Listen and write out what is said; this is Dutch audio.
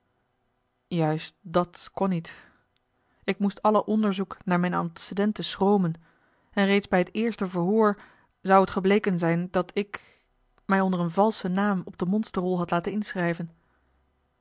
juist dat kon niet ik moest alle onderzoek naar mijne antecedenten schromen en reeds bij het eerste verhoor zou het gebleken zijn dat ik mij onder een valschen naam op de monsterrol had laten inschrijven